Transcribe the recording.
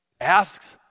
asks